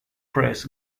press